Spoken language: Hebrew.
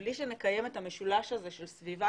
בלי שנקיים את המשולש הזה של סביבה,